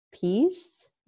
peace